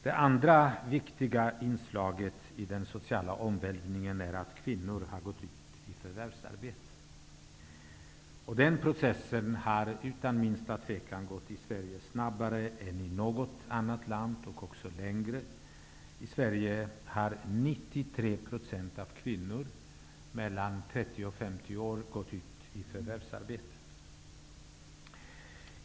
Det andra viktiga inslaget i den sociala omvälvningen är att kvinnor har gått ut i förvärvsarbete. Den processen har utan minsta tvivel gått snabbare och också längre i Sverige än i något annat land. I Sverige har 93 % av kvinnorna mellan 30 och 50 år gått ut i förvärvsarbete.